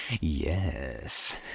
Yes